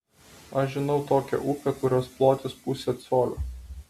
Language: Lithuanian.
aš žinau tokią upę kurios plotis pusė colio